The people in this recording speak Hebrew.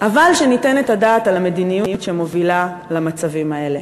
אבל שניתן את הדעת על המדיניות שמובילה למצבים האלה,